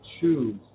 choose